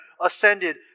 ascended